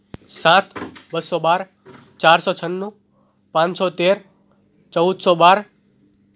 સાત બસો બાર ચારસો છન્નું પાંચસો તેર ચૌદસો બાર